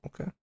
okay